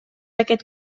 aquest